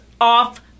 off